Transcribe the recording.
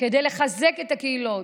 כדי לחזק את הקהילות.